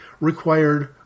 required